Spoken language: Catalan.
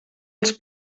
els